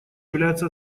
является